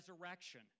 resurrection